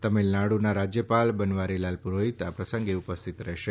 તમિલનાડુનાં રાજ્યપાલ બનવારીલાલ પુરોહીત આ પ્રસંગે ઉપસ્થિત રહેશે